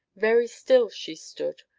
very still she stood,